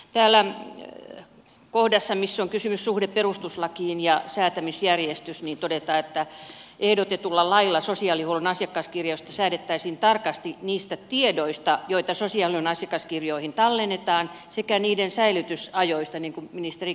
täällä kohdassa missä on kysymyksessä suhde perustuslakiin ja säätämisjärjestys todetaan että ehdotetulla lailla sosiaalihuollon asiakaskirjoista säädettäisiin tarkasti niistä tiedoista joita sosiaalihuollon asiakaskirjoihin tallennetaan sekä niiden säilytysajoista niin kuin ministeri kertoi